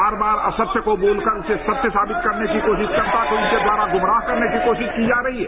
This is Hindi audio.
बार बार असत्य को बोलकर उसे सत्य साबित करने की कोशिश है जनता इसके द्वारा गुमराह करने की कोशिश की जा रही है